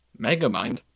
Megamind